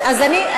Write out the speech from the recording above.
אז אני,